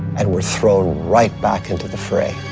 and we're thrown right back into the fray.